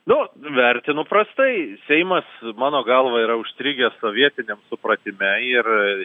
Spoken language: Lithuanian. nu vertinu prastai seimas mano galva yra užstrigęs sovietiniam supratime ir